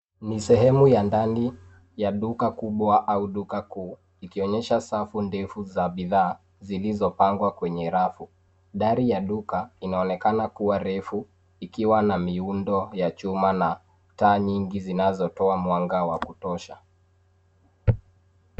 Ni sehemu ya ndani ya duka kubwa au duka kuu ikionyesha safu ndefu za bidhaa zilizopangwa kwenye rafu. Dari ya duka inaonekana kuwa refu ikiwa na miundo ya chuma na taa nyingi zinazotoa mwanga wa kutosha.